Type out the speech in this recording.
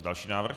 Další návrh.